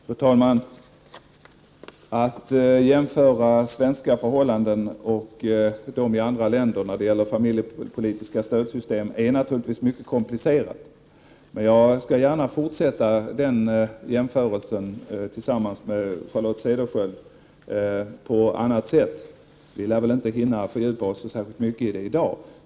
Fru talman! Att jämföra svenska förhållanden med förhållandena i andra länder i fråga om familjepolitiska stödsystem är naturligtvis mycket komplicerat. Men jag skall gärna fortsätta den jämförelsen tillsammans med Charlotte Cederschiöld på annat sätt. Vi lär inte hinna fördjupa oss så särskilt mycket i det i dag.